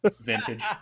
Vintage